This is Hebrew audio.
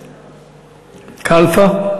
קלפה?